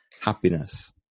happiness